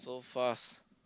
so fast